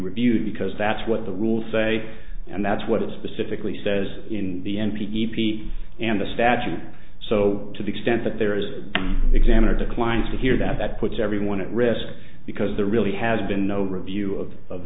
reviewed because that's what the rules say and that's what it specifically says in the n p p and the statute so to the extent that there is examiner declined to hear that that puts everyone at risk because there really has been no review of